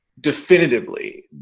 definitively